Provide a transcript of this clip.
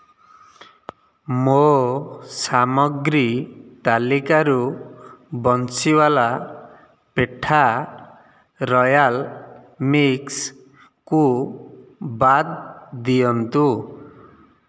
ମୋ ସାମଗ୍ରୀ ତାଲିକାରୁ ବଂଶୀୱାଲା ପେଠା ରୟାଲ୍ ମିକ୍ସ୍କୁ ବାଦ ଦିଅନ୍ତୁ